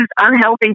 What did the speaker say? unhealthy